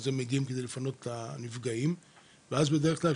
הם מגיעים כדי לפנות את הנפגעים ואז בדרך כלל,